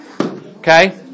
Okay